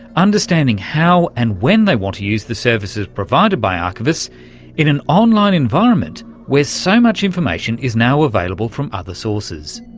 understanding how and when they want to use the services provided by archivists in an online environment where so much information is now available from other sources.